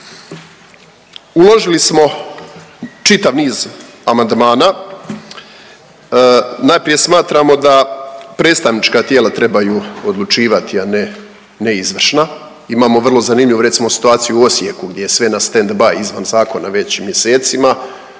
Uložili smo čitav niz amandmana, najprije smatramo da predstavnička tijela trebaju odlučivati, a ne, ne izvršna. Imamo vrlo zanimljivu recimo situaciju u Osijeku gdje je sve na stand by, izvan zakona već mjesecima,